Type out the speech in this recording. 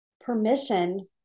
permission